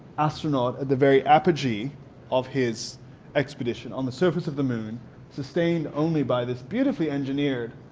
astronaut at the very apogee of his expedition on the surface of the moon sustained only by this beautifully engineered